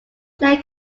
player